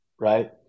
Right